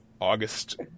August